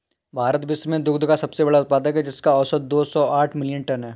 भारत विश्व में दुग्ध का सबसे बड़ा उत्पादक है, जिसका औसत दो सौ साठ मिलियन टन है